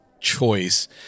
choice